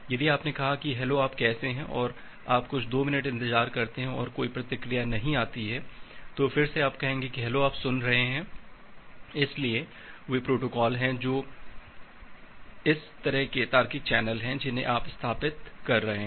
यदि आपने कहा है कि हैलो आप कैसे हैं और आप कुछ 2 मिनट इंतजार करते हैं और कोई प्रतिक्रिया नहीं आती है तो फिर से आप कहेंगे कि हैलो आप सुन रहे हैं इसलिए वे प्रोटोकॉल हैं जो उस तरह के तार्किक चैनल हैं जिन्हें आप स्थापित कर रहे हैं